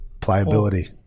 Pliability